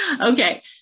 Okay